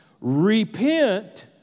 Repent